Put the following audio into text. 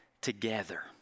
together